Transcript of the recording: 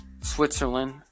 Switzerland